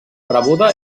rebuda